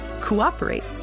cooperate